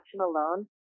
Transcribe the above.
alone